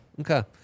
okay